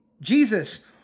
Jesus